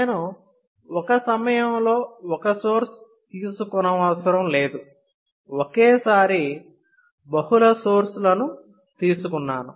నేను ఒక సమయంలో ఒక సోర్స్ తీసుకోనవసరం లేదు ఒకేసారి బహుళ సోర్స్ లను తీసుకున్నాను